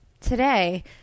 today